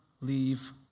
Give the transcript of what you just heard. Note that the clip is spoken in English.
leave